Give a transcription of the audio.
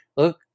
Look